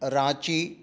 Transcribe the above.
Ranchi